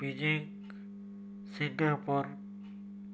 Beijing Singapore